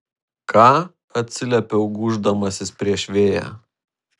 ką atsiliepiau gūždamasis prieš vėją